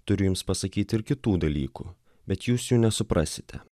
turiu jums pasakyti ir kitų dalykų bet jūs nesuprasite